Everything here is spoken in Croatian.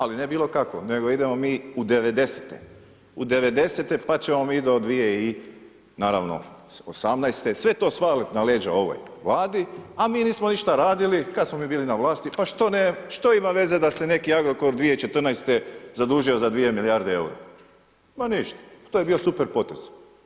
Ali ne bilo kakvo, nego idemo mi u 90-te, u 90-te pa ćemo mi do 2018. naravno sve to svaliti na leđa ovoj Vladi a mi nismo ništa radili kad smo mi bili na vlasti, pa što ima veze da se neki Agrokor 2014. zadužio za 2 milijarde eura, ma ništa, to je bio super potez.